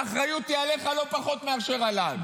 האחריות היא עליך לא פחות מאשר עליי.